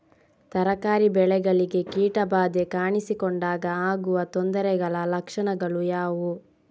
ತರಕಾರಿ ಬೆಳೆಗಳಿಗೆ ಕೀಟ ಬಾಧೆ ಕಾಣಿಸಿಕೊಂಡಾಗ ಆಗುವ ತೊಂದರೆಗಳ ಲಕ್ಷಣಗಳು ಯಾವುವು?